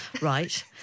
right